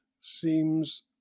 seems